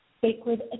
Sacred